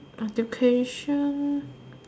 but the patient